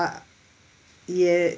I ya